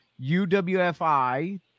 UWFI